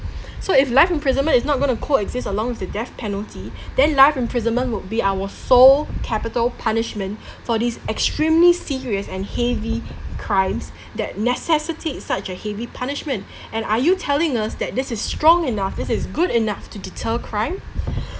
so if life imprisonment is not going to co-exist along with the death penalty then life imprisonment would be our sole capital punishment for these extremely serious and heavy crimes that necessity is such a heavy punishment and are you telling us that this is strong enough this is good enough to deter crime